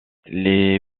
les